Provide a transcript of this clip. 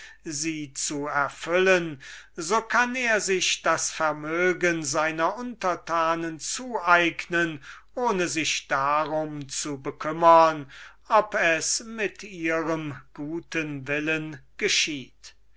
sie zu erfüllen so kann er sich das vermögen seiner untertanen zueignen ohne sich darum zu bekümmern ob es mit ihrem guten willen geschieht